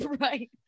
right